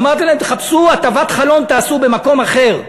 אמרתי להם: תחפשו הטבת חלום, תעשו במקום אחר.